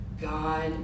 God